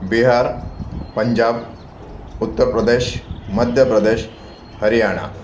Bihar Punjab Uttar Pradesh Madhya Pradesh Haryana